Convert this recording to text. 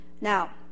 Now